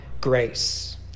grace